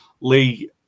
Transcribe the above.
Lee